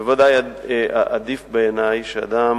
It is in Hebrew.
ודאי עדיף בעיני שאדם